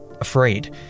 afraid